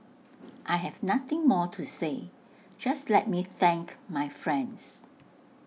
I have nothing more to say just let me thank my friends